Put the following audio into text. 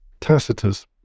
Tacitus